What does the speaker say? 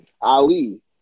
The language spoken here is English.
ali